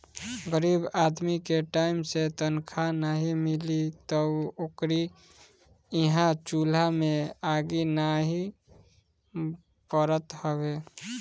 गरीब आदमी के टाइम से तनखा नाइ मिली तअ ओकरी इहां चुला में आगि नाइ बरत हवे